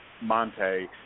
Monte